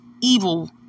evil